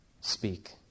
speak